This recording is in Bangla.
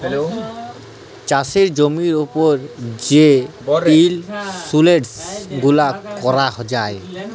চাষের জমির উপর যে ইলসুরেলস গুলা ক্যরা যায়